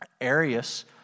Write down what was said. Arius